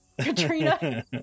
Katrina